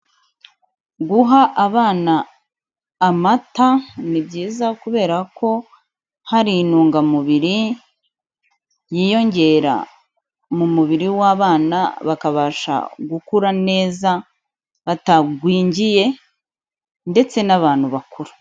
Guha abana amata ni byiza kubera ko hari intungamubiri yiyongera mu mubiri w'abana bakabasha gukura neza batagwingiye, ndetse n'abantu bakuru.